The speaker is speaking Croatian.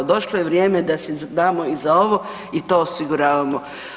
Došlo je vrijeme da si damo i za ovo i to osiguravamo.